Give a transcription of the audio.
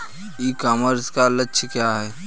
ई commerce का लक्ष्य क्या है?